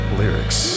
lyrics